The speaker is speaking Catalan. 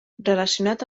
relacionat